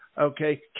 Okay